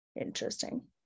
interesting